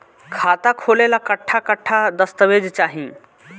खाता खोले ला कट्ठा कट्ठा दस्तावेज चाहीं?